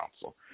Council